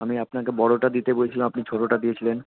আমি আপনাকে বড়টা দিতে বলছিলাম আপনি ছোটোটা দিয়েছিলেন